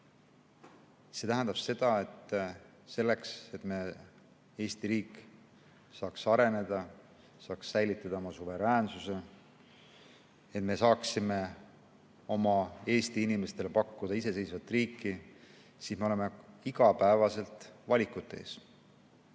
See tähendab seda, et selleks, et Eesti riik saaks areneda, saaks säilitada oma suveräänsuse, et me saaksime oma Eesti inimestele pakkuda iseseisvat riiki, oleme me iga päev valikute ees.